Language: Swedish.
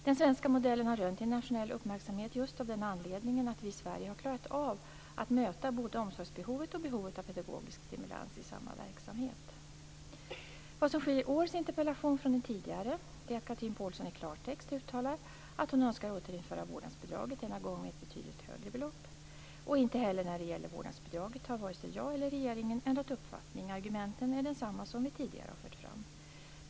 Den svenska modellen har rönt internationell uppmärksamhet just av den anledningen att vi i Sverige har klarat av att möta både omsorgsbehovet och behovet av pedagogisk stimulans i samma verksamhet. Vad som skiljer årets interpellation från den tidigare är att Chatrine Pålsson i klartext uttalar att hon önskar återinföra vårdnadsbidraget, denna gång med ett betydligt högre belopp. Inte heller när det gäller vårdnadsbidraget har vare sig jag eller regeringen ändrat uppfattning. Argumenten är desamma som vi tidigare har fört fram.